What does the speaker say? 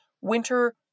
winter